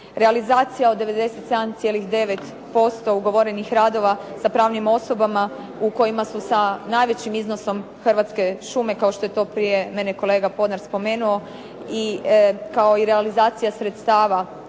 Realizacija od 97,9% ugovorenih radova sa pravnim osoba u kojima su sa najvećim iznosom Hrvatske šume, kao što je to prije mene kolega Podnar spomenuo, i kao i realizacija sredstava donatora